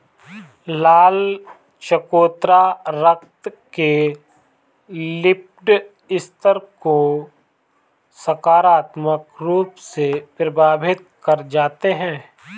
लाल चकोतरा रक्त के लिपिड स्तर को सकारात्मक रूप से प्रभावित कर जाते हैं